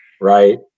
right